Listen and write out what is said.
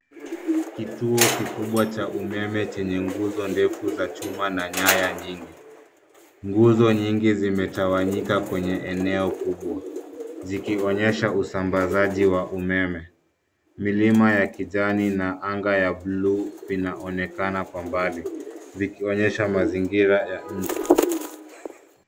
Kituo kikubwa cha umeme chenye nguzo ndefu za chuma na nyaya nyingi, nguzo nyingi zimetawanyika kwenye eneo kubwa zikionyesha usambazaji wa umeme milima ya kijani na anga ya buluu vinaonekana kwa mbali zikionyesha mazingira ya nje.